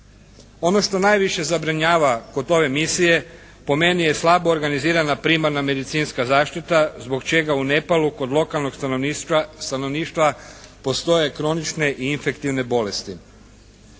Ono što najviše zabrinjava kod ove misije po meni je slabo organizirana primarna medicinska zaštita zbog čega u Nepalu kod lokalnog stanovništva postoje kronične i infektivne bolesti.